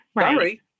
Sorry